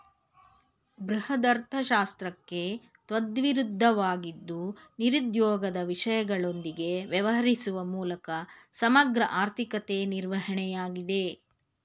ಬೃಹದರ್ಥಶಾಸ್ತ್ರಕ್ಕೆ ತದ್ವಿರುದ್ಧವಾಗಿದ್ದು ನಿರುದ್ಯೋಗದ ವಿಷಯಗಳೊಂದಿಗೆ ವ್ಯವಹರಿಸುವ ಮೂಲಕ ಸಮಗ್ರ ಆರ್ಥಿಕತೆ ನಿರ್ವಹಣೆಯಾಗಿದೆ